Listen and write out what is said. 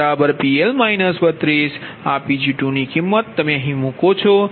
તેથી Pg2PL 32 તેથી આ Pg2 ની કિમત તમે અહીં મૂકો છો